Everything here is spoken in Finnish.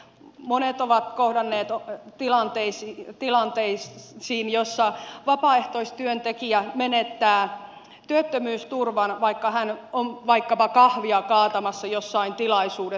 monet ovat kohdanneet tilanteita joissa vapaaehtoistyöntekijä menettää työttömyysturvan vaikka hän on vaikkapa kahvia kaatamassa jossain tilaisuudessa